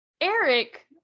Eric